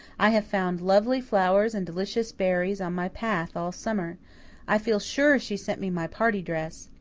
i have found lovely flowers and delicious berries on my path all summer i feel sure she sent me my party dress.